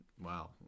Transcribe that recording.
Wow